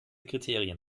kriterien